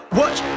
watch